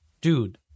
Dude